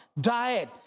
diet